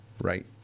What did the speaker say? right